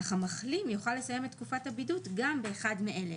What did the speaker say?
אך המחלים יוכל לסיים את תקופת הבידוד גם באחד מאלה: